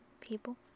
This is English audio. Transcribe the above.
People